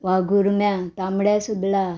वाघुर्म्या तांबड्या सुर्ला